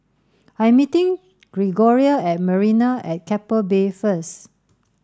I am meeting Gregoria at Marina at Keppel Bay first